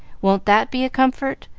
won't that be a comfort?